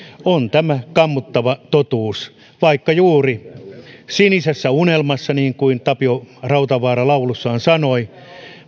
on kammottava totuus sinisessä unelmassa niin kuin tapio rautavaara laulussaan sanoi